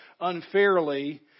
unfairly